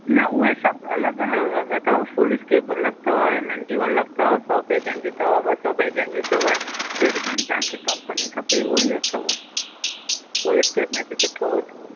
न उहे सब अलॻि अलॻि अघु अथव फुल स्केप अलॻि अथव नढयू अलग तव सौ पेजन ॼी तव ॿ सौ पेजन ॼी तव जहिड़ी जहिड़ी तव्हांखे कम्पनी खपे ओहिड़ी अथव फुल स्केप में बि सुठो अथव